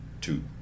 two